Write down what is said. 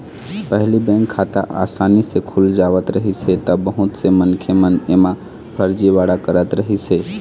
पहिली बेंक खाता असानी ले खुल जावत रहिस हे त बहुत से मनखे मन एमा फरजीवाड़ा करत रहिस हे